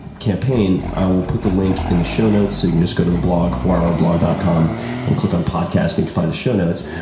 campaign, i will put the link in the show notes, so you can just go to the blog fourhourblog dot com and click on podcasting to find the show notes,